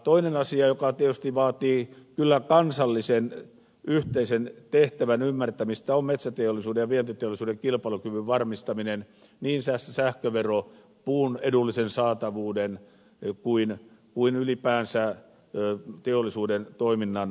toinen asia joka tietysti vaatii kyllä kansallisen yhteisen tehtävän ymmärtämistä on metsäteollisuuden ja vientiteollisuuden kilpailukyvyn varmistaminen niin sähköveron puun edullisen saatavuuden kuin ylipäänsä teollisuuden toiminnan näkökulmasta